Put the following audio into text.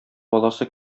баласы